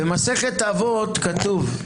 במסכת אבות כתוב: